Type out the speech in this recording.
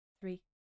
three